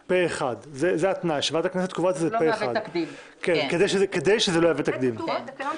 שזה פה אחד, כדי שזה לא יהווה תקדים.